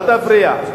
אל תפריע.